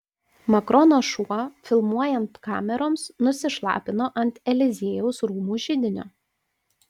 makrono šuo filmuojant kameroms nusišlapino ant eliziejaus rūmų židinio